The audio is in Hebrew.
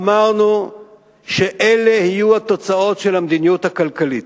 אמרנו שאלה יהיו התוצאות של המדיניות הכלכלית.